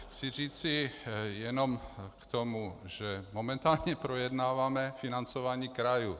Chci říci jenom k tomu, že momentálně projednáváme financování krajů.